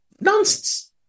Nonsense